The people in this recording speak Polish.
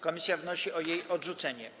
Komisja wnosi o jej odrzucenie.